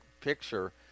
picture